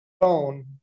phone